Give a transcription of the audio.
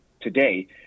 today